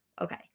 okay